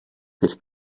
per